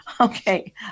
Okay